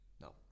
No